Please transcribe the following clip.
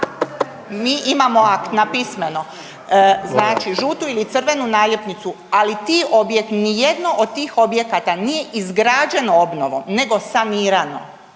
Mi imamo napismeno, znači žutu ili crvenu naljepnicu ali ti objekti, ni jedno od tih objekata nije izgrađeno obnovom, nego sanirano.